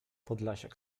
podlasiak